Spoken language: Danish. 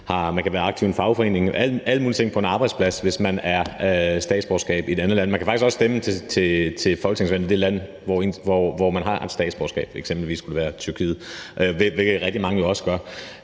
man kan være aktiv i en fagforening, alle mulige ting på en arbejdsplads, hvis man er statsborger i et andet land. Man kan faktisk også stemme ved parlamentsvalget i det land, hvor man har statsborgerskab, og det kunne f.eks. være Tyrkiet, hvilket rigtig mange også gør.